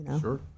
Sure